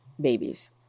Babies